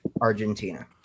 Argentina